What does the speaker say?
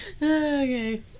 Okay